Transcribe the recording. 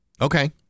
Okay